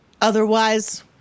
otherwise